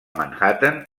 manhattan